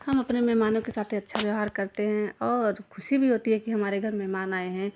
हम अपने मेहमानों के साथ अच्छा व्यवहार करते हैं और ख़ुशी भी होती है कि हमारे घर मेहमान आए हैं